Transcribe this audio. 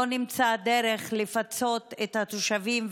לא נמצאה דרך לפצות את התושבים,